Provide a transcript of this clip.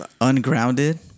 ungrounded